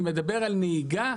אני מדבר על נהיגה.